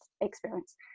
experience